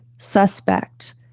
suspect